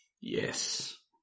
Yes